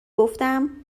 گفتم